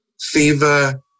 Fever